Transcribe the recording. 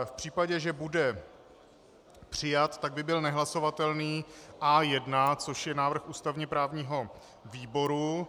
V případě, že bude přijat, byl by nehlasovatelný A1, což je návrh ústavněprávního výboru.